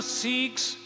seeks